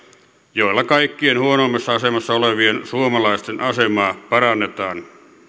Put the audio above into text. joilla kaikkein huonoimmassa asemassa olevien suomalaisten asemaa parannetaan